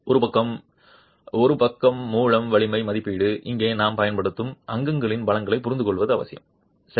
ஒருபக்கம் ஒருபக்கம் மூலம் வலிமை மதிப்பீடு இங்கே நாம் பயன்படுத்தும் அங்கங்களின் பலங்களை புரிந்து கொள்வது அவசியம் சரி